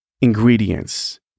ingredients